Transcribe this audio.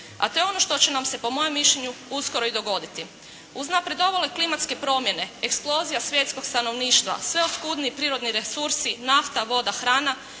a to je ono što će nam se po mojem mišljenju uskoro i dogoditi. Uznapredovale klimatske promjene, eksplozija svjetskog stanovništva, sve oskudniji prirodni resursi nafta, voda, hrana,